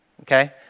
Okay